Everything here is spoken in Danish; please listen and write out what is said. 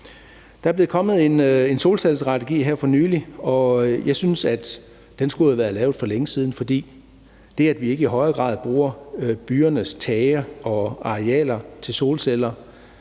Der er kommet en solcellestrategi her for nylig, og jeg synes, at den skulle have været for længe siden, for det, at vi ikke i højere grad bruger byernes tage og arealer til solceller,